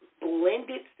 Blended